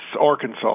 Arkansas